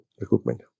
recruitment